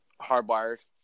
Hardwired